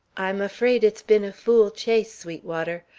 i'm afraid it's been a fool chase, sweetwater.